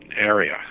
area